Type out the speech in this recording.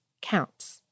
counts